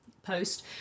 Post